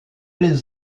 les